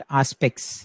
aspects